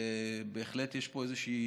ובהחלט יש פה איזושהי